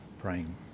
praying